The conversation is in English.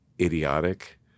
idiotic